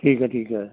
ਠੀਕ ਹੈ ਠੀਕ ਹੈ